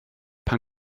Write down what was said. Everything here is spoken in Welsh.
pan